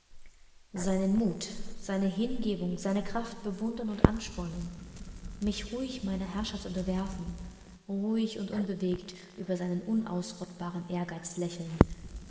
seinen mut seine hingebung seine kraft bewundern und anspornen mich ruhig seiner herrschaft unterwerfen ruhig und unbewegt über seinen unausrottbaren ehrgeiz